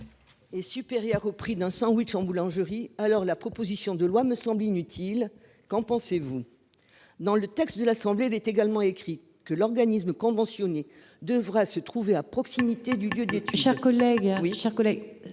Est supérieur au prix d'un sandwich en boulangerie. Alors la proposition de loi me semble inutile. Qu'en pensez-vous. Dans le texte de l'Assemblée l'est également écrit que l'organisme conventionné devra se trouver à proximité du lieu des. Chers collègues